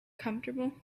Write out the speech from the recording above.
comfortable